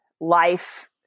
life